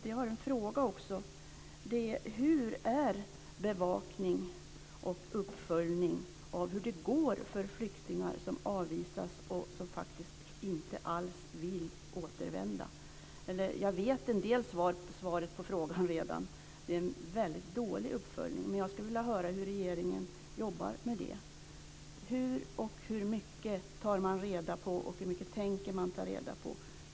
Jag har en fråga, och det är: Hur är bevakning och uppföljning av hur det går för flyktingar som avvisas och som inte alls vill återvända? Jag vet redan en del av svaret på frågan; det är en väldigt dålig uppföljning. Jag skulle vilja höra hur regeringen jobbar med det. Hur mycket tar man reda på? Hur mycket tänker man ta reda på?